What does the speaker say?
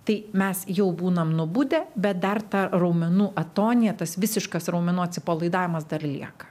tai mes jau būnam nubudę bet dar ta raumenų atonija tas visiškas raumenų atsipalaidavimas dar lieka